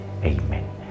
Amen